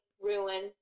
ruin